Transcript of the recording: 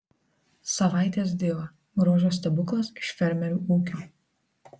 savaitės diva grožio stebuklas iš fermerių ūkio